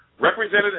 Representative